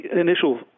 initial